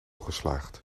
geslaagd